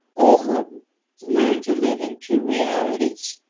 or learn to live in two realities.